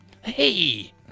Hey